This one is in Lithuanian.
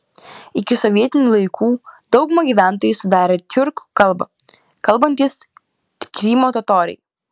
iki sovietinių laikų daugumą gyventojų sudarė tiurkų kalba kalbantys krymo totoriai